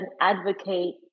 advocate